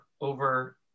over